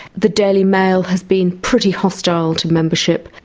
the daily mail has been pretty hostile to membership,